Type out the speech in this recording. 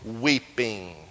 weeping